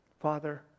Father